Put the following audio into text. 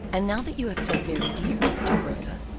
and now that you have said very dear dear rosa,